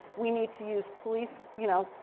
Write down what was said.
we need to use police, you know,